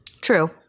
True